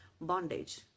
bondage